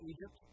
Egypt